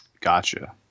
Gotcha